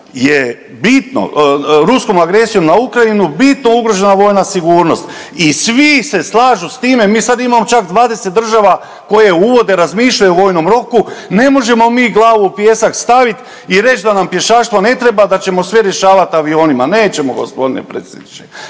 je bitno ruskom agresijom na Ukrajinu bitno ugrožena vojna sigurnost i svi se slažu s time, mi sad imamo čak 20 država koje uvode, razmišljaju o vojnom roku, ne možemo mi glavu u pijesak stavit i reći da nam pješaštva ne treba da ćemo sve rješavati avionima, nećemo gospodine predsjedniče.